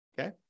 Okay